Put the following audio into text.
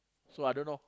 so I don't know